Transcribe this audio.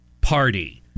party